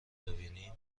ببینیم